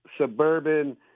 suburban